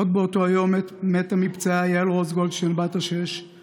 עוד באותו יום מתה מפצעיה יעל רוז גולדשטיין בת השש,